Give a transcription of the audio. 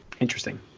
interesting